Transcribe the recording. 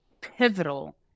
pivotal